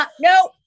No